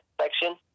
section